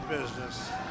business